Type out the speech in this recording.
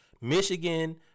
Michigan